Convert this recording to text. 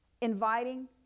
inviting